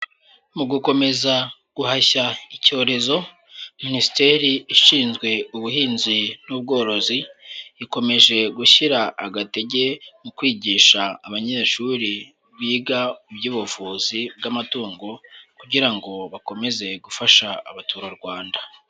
Mu gukomeza guhashya icyorezo, minisiteri ishinzwe ubuhinzi n'ubworozi ikomeje gushyira agatege mu kwigisha abanyeshuri biga iby'ubuvuzi bw'amatungo kugira ngo bakomeze gufasha abaturarwanda.